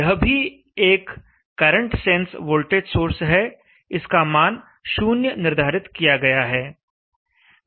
यह भी एक करंट सेंस वोल्टेज सोर्स है इसका मान 0 निर्धारित किया गया है